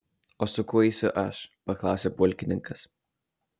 o su kuo eisiu aš paklausė pulkininkas